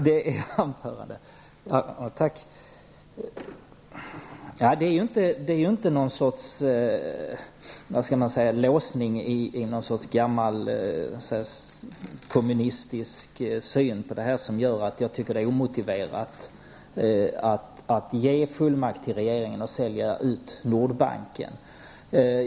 Fru talman! Det är inte en låsning i någon sorts gammal kommunistisk syn på det här som gör att jag finner det omotiverat att ge regeringen fullmakt att sälja ut Nordbanken.